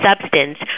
substance